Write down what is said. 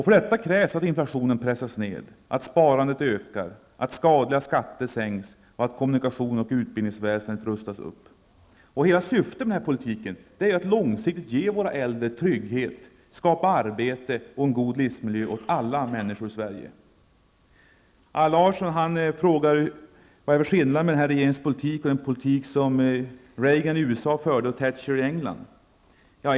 För detta krävs att inflationen pressas ned, att sparandet ökar, att skadliga skatter sänks och att kommmunikationer och utbildningsväsendet rustas upp. Syftet med denna politik är att långsiktigt ge våra äldre trygghet, skapa arbete och en god livsmiljö åt alla människor i Sverige. Allan Larsson frågade vad det är för skillnad mellan den här regeringens politik och den politik som Reagan förde i USA och Thatcher i England.